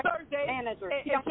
Thursday